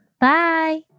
Bye